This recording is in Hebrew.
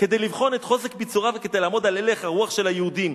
כדי לבחון את חוזק ביצוריה וכדי לעמוד על הלך הרוח של היהודים,